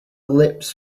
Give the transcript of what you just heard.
lips